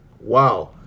Wow